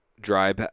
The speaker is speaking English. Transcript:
dry